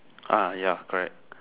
ah ya correct